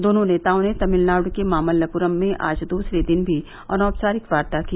दोनों नेताओं ने तमिलनाडु के मामल्लपुरम में आज दूसरे दिन भी अनौपचारिक वार्ता की